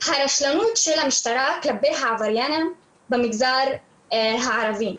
הרשלנות של המשטרה כלפי העבריינים במגזר הערבי.